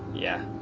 yeah